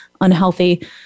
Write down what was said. unhealthy